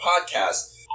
podcast